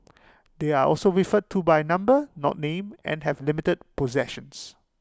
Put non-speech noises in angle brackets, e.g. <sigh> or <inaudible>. <noise> they are also referred to by number not name and have limited possessions